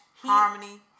Harmony